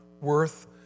worth